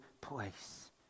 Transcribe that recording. place